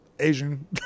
asian